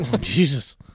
Jesus